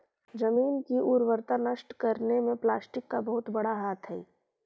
जमीन की उर्वरता नष्ट करने में प्लास्टिक का बहुत बड़ा हाथ हई